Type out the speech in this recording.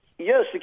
Yes